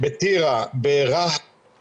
בטווח הארוך אנחנו כבר נסתדר --- אתה מקוטע.